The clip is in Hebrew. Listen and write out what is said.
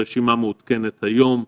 הרשימה מעודכנת היום.